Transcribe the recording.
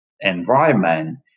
environment